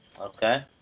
Okay